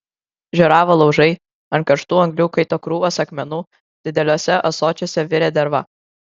žioravo laužai ant karštų anglių kaito krūvos akmenų dideliuose ąsočiuose virė derva